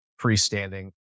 freestanding